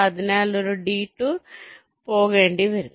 അതിനാൽ നിങ്ങൾ ഒരു ഡിടൂർ പോകേണ്ടിവരും